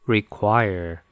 Require